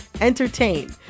entertain